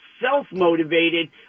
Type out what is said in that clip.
self-motivated